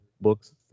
books